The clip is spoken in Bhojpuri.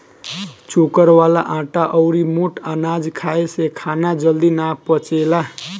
चोकर वाला आटा अउरी मोट अनाज खाए से खाना जल्दी ना पचेला